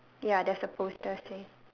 ya there's the poster say